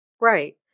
Right